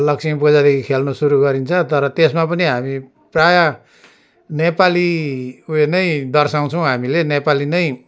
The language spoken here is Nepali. लक्ष्मी पूजादेखि खेल्नु सुरु गरिन्छ तर त्यसमा पनि हामी प्रायः नेपाली उयो नै दर्साउँछौँ हामीले नेपाली नै